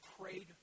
prayed